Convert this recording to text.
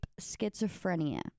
schizophrenia